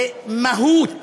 במהות